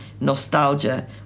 nostalgia